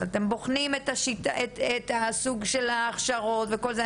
אתם בוחנים את הסוג של ההכשרות וכל זה.